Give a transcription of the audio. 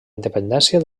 independència